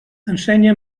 ensenya